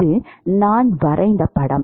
இது நான் வரைந்த படம்